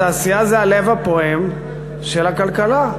התעשייה זה הלב הפועם של הכלכלה.